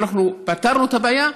פתרנו את הבעיה,